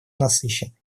насыщенной